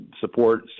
support